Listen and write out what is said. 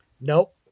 Nope